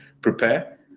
prepare